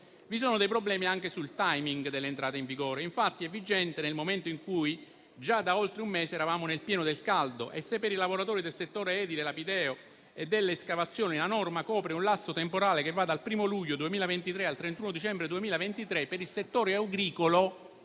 Vi sono dei problemi anche sul *timing* dell'entrata in vigore del provvedimento, che infatti è vigente nel momento in cui già da oltre un mese eravamo nel pieno del caldo e se per i lavoratori del settore edile lapideo e delle escavazioni la norma copre un lasso temporale che va dal 1° luglio 2023 al 31 dicembre 2023, per il settore agricolo